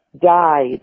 died